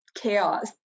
chaos